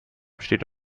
besteht